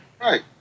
Right